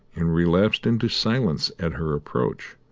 and relapsed into silence at her approach.